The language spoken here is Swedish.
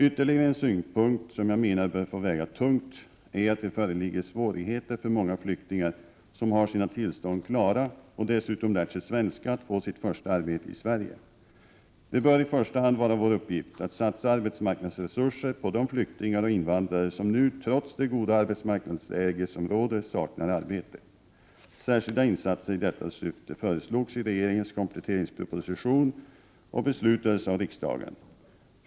Ytterligare en synpunkt, som jag menar bör få väga tungt, är att det föreligger svårigheter för många flyktingar som har sina tillstånd klara och dessutom lärt sig svenska att få sitt första arbete i Sverige. Det bör i första hand vara vår uppgift att satsa arbetsmarknadsresurser på de flyktingar och invandrare som nu, trots det goda arbetsmarknadsläge som råder, saknar arbete. Särskilda insatser i detta syfte föreslogs i regeringens kompletteringsproposition och beslutades av riksdagen.